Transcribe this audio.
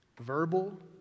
Verbal